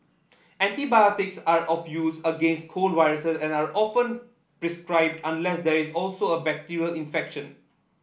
antibiotics are of use against cold viruse and are often prescribed unless there is also a bacterial infection